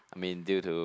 I mean due to